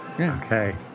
Okay